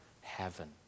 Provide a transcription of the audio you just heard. heaven